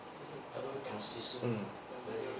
mm